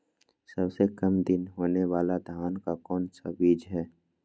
सबसे काम दिन होने वाला धान का कौन सा बीज हैँ?